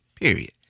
Period